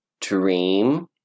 Dream